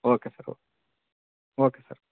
okay sir okay okay sir